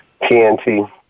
TNT